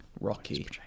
Rocky